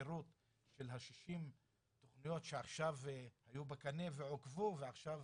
פירוט של ה-60 תכניות שעכשיו היו בקנה ועוכבו ועכשיו,